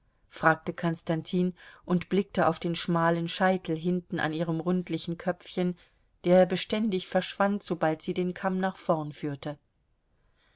fragte konstantin und blickte auf den schmalen scheitel hinten an ihrem rundlichen köpfchen der beständig verschwand sobald sie den kamm nach vorn führte